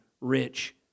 rich